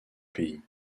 pays